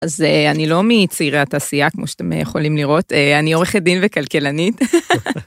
אז אני לא מצעירי התעשייה, כמו שאתם יכולים לראות, אני עורכת דין וכלכלנית.